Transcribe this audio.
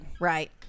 right